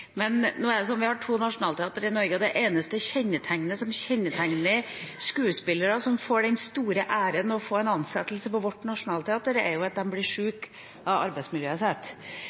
Vi har to nasjonale teatre i Oslo. Det eneste som kjennetegner skuespillere som får den store æren å få en ansettelse på Nationaltheatret, er at de blir syke av arbeidsmiljøet sitt.